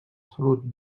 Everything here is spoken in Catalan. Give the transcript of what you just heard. salut